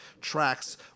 tracks